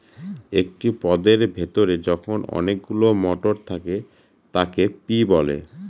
একটি পদের ভেতরে যখন অনেকগুলো মটর থাকে তাকে পি বলে